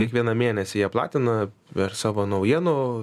kiekvieną mėnesį jie platina ver savo naujienų